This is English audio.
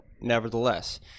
nevertheless